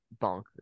bonkers